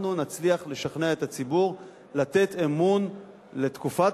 אנחנו נצליח לשכנע את הציבור לתת אמון לתקופת